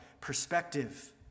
perspective